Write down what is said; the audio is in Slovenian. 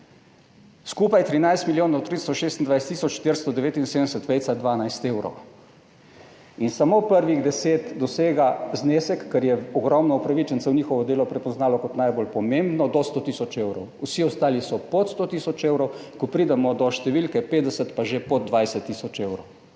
skupaj 13 milijonov 326 tisoč 479,12 evrov in samo prvih deset dosega znesek, ker je ogromno upravičencev njihovo delo prepoznalo kot najbolj pomembno, do 100 tisoč evrov, vsi ostali so pod 100 tisoč evrov, ko pridemo do številke 50, pa že pod 20 tisoč evrov